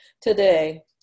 Today